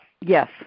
yes